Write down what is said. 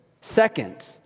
Second